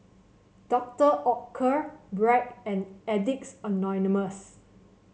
Doctor Oetker Bragg and Addicts Anonymous